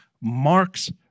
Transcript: Mark's